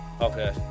Okay